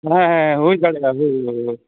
ᱦᱮᱸ ᱦᱮᱸ ᱦᱩᱭ ᱫᱟᱲᱮᱭᱟᱜᱼᱟ ᱦᱩᱭ ᱦᱩᱭ ᱦᱩᱭ